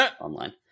online